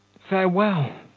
farewell,